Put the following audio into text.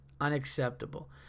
Unacceptable